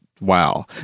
wow